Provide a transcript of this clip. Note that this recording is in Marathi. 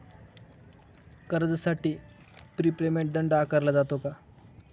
कर्जासाठी प्री पेमेंट दंड आकारला जातो का?